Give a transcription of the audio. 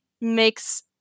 makes